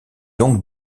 donc